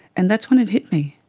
and that's when it hit me.